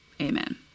Amen